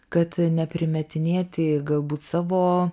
kad neprimetinėti galbūt savo